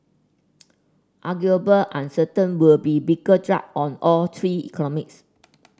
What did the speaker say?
arguable uncertain would be bigger drag on all three economies